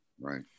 right